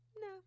no